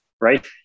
right